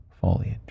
foliage